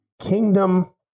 Kingdom